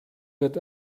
get